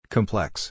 Complex